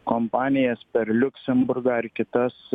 kompanijas per liuksemburgą ar kitas